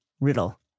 Riddle